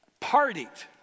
partied